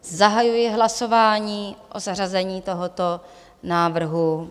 Zahajuji hlasování o zařazení tohoto návrhu.